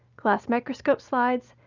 glass microscope slides,